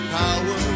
power